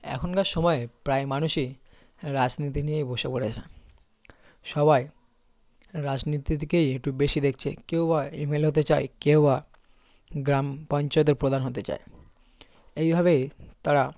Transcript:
এখনকার সময়ে প্রায় মানুষই রাজনীতি নিয়েই বসে পড়েছে সবাই রাজনীতিকেই একটু বেশি দেখছে কেউ বা এম এল এ হতে চায় কেউ বা গ্রাম পঞ্চায়েতের প্রধান হতে চায় এইভাবেই তারা